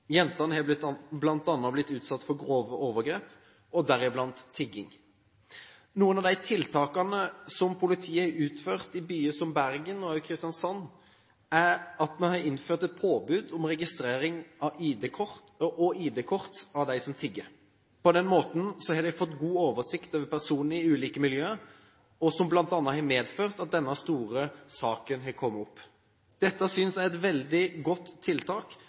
Jentene har bl.a. blitt utsatt for grove overgrep, og deriblant tigging. Noen av de tiltakene som politiet har utført i byer som Bergen og Kristiansand, er at man har innført påbud om registrering av og ID-kort for dem som tigger. På den måten har de fått god oversikt over personer i ulike miljøer, noe som bl.a. har medført at denne store saken har kommet opp. Dette synes jeg er et veldig godt tiltak,